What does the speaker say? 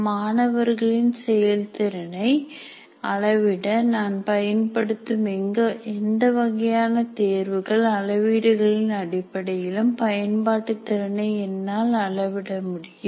மாணவர்களின் செயல்திறனை அளவிட நான் பயன்படுத்தும் எந்த வகையான தேர்வுகள் அளவீடுகளின் அடிப்படையிலும் பயன்பாட்டு திறனை என்னால் அளவிட முடியும்